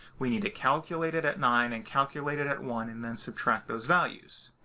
we need to calculate it at nine and calculate it at one and then subtract those values.